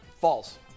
False